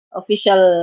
official